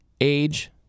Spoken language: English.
age